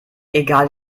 egal